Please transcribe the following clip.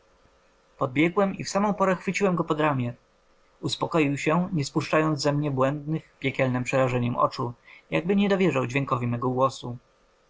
podbiegłem i w samą porę chwyciłem go pod ramię uspokoił się nie spuszczając ze mnie błędnych piekielnem przerażeniem oczu jakby nie dowierzał dźwiękowi mego głosu